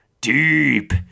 deep